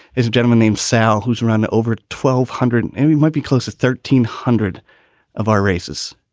a gentleman named sal who's run over twelve hundred and we might be close to thirteen hundred of our races.